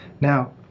Now